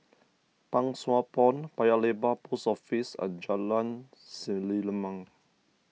Pang Sua Pond Paya Lebar Post Office and Jalan Selimang